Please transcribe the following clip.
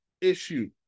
issue